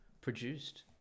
produced